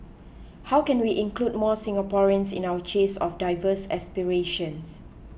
how can we include more Singaporeans in our chase of diverse aspirations